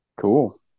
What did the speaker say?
Cool